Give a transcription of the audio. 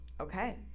okay